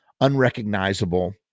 unrecognizable